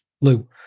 Lou